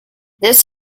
this